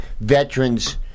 veterans